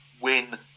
win